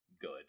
good